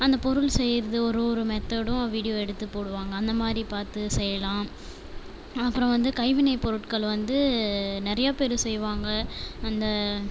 அந்த பொருள் செய்கிறது ஒரு ஒரு மெத்தேடும் வீடியோ எடுத்து போடுவாங்க அந்தமாதிரி பார்த்து செய்யலாம் அப்புறம் வந்து கைவினைப் பொருட்கள் வந்து நியைய பேரு செய்வாங்கள் அந்த